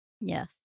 Yes